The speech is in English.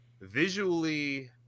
visually